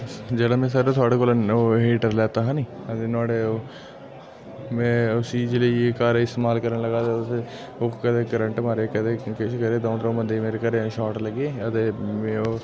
जेह्ड़ा में सर थोहाडे़ कोला ओह् हीटर लैता हा नी ते नोह्डे़ ओह् में उसी जेल्लै घर आइयै इस्तेमाल करन लगा ते ओह् कदें करन्ट मारै कदें किश करै द'ऊं त्र'ऊं बन्दे मेरे घरैआह्ले गी शाट लग्गी ते में ओह्